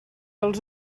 els